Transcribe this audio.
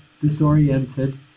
disoriented